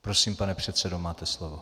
Prosím, pane předsedo, máte slovo.